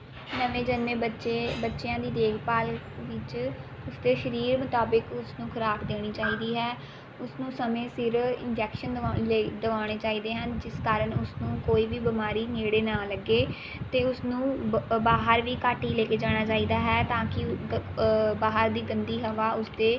ਨਵੇਂ ਜਨਮੇ ਬੱਚੇ ਬੱਚਿਆਂ ਦੀ ਦੇਖਭਾਲ ਵਿੱਚ ਉਸਦੇ ਸਰੀਰ ਮੁਤਾਬਿਕ ਉਸਨੂੰ ਖ਼ੁਰਾਕ ਦੇਣੀ ਚਾਹੀਦੀ ਹੈ ਉਸਨੂੰ ਸਮੇਂ ਸਿਰ ਇੰਜੈਕਸ਼ਨ ਦਿਵਾਉਣ ਲਈ ਦਿਵਾਉਣੇ ਚਾਹੀਦੇ ਹਨ ਜਿਸ ਕਾਰਨ ਉਸਨੂੰ ਕੋਈ ਵੀ ਬਿਮਾਰੀ ਨੇੜੇ ਨਾ ਲੱਗੇ ਅਤੇ ਉਸਨੂੰ ਬਾਹਰ ਵੀ ਘੱਟ ਹੀ ਲੈ ਕੇ ਜਾਣਾ ਚਾਹੀਦਾ ਹੈ ਤਾਂ ਕਿ ਬਾਹਰ ਦੀ ਗੰਦੀ ਹਵਾ ਉਸਦੇ